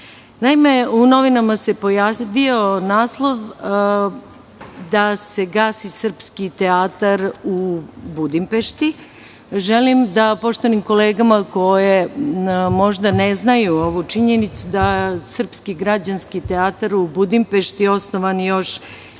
u novinama se pojavio naslov da se gasi srpski teatar u Budimpešti. Želim da poštovanim kolegama koje možda ne znaju ovu činjenicu da kažem da je Srpski građanski teatar u Budimpešti osnovan još